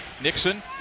Nixon